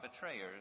betrayers